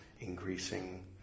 increasing